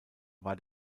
war